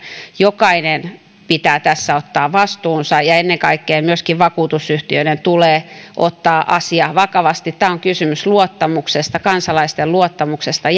jokaisen pitää tässä ottaa vastuunsa ja ennen kaikkea myöskin vakuutusyhtiöiden tulee ottaa asia vakavasti tässä on kysymys luottamuksesta kansalaisten luottamuksesta